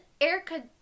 Erica